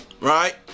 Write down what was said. Right